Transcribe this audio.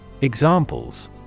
Examples